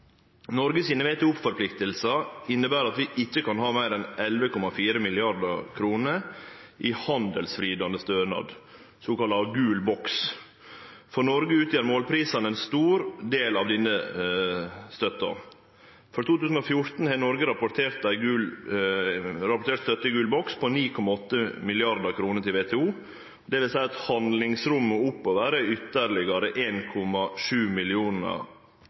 Noreg sine WTO-forpliktingar inneber at vi ikkje kan ha meir enn vel 11,4 mrd. kr i handelsvridande stønad, såkalla gul boks. For Noreg utgjer målprisane ein stor del av denne stønaden. For 2014 har Noreg rapportert støtte frå gul boks på 9,8 mrd. kr til WTO, det vil seie at handlingsrommet oppover er om lag 1,7 mrd. kr under bindinga om ein